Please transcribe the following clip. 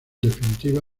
definitiva